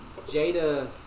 Jada